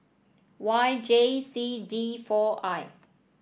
Y J C D four I